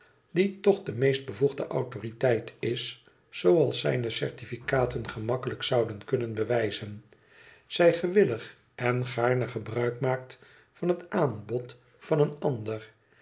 die toch de meest bevoegde autoriteit is zooals zijne certificaten gemakkelijk zouden kunnen bewijzen zij gewillig en gaarne gebruik maakt van het aanbod van een ander